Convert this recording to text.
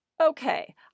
Okay